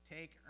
Take